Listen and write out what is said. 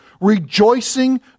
Rejoicing